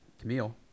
Camille